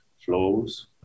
flows